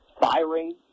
firing